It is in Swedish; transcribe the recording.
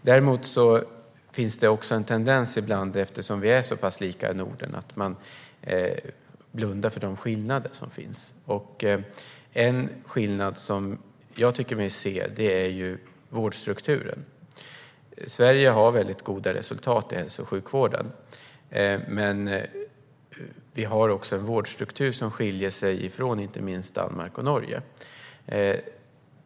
Eftersom vi är så pass lika i Norden finns det dock ibland en tendens att blunda för de skillnader som finns. En skillnad som jag tycker mig se gäller vårdstrukturen. Sverige har väldigt goda resultat i hälso och sjukvården, men vi har också en vårdstruktur som skiljer sig från inte minst den i Danmark och Norge.